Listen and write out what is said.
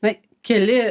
na keli